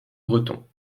bretons